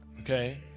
Okay